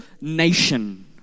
nation